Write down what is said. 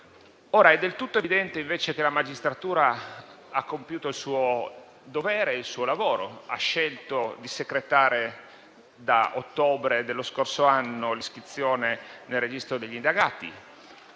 Ora, è del tutto evidente, invece, che la magistratura ha compiuto il suo dovere ed il suo lavoro. Ha scelto di secretare, da ottobre dello scorso anno, l'iscrizione nel registro degli indagati.